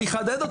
אני אחדד,